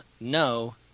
no